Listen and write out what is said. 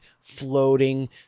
floating